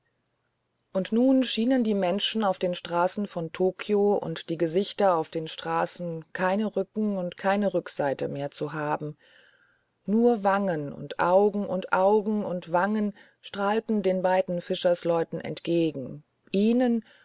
und nun schienen die menschen auf den straßen von tokio und die gesichter auf den straßen keinen rücken und keine rückseite mehr zu haben nur wangen und augen und augen und wangen strahlten den beiden fischersleuten entgegen ihnen